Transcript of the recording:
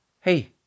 Hey